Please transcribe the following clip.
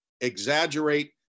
exaggerate